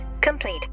complete